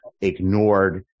ignored